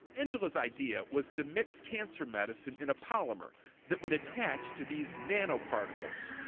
angela's idea was to mix cancer medicine in a polymer that would attach to these nanoparticles,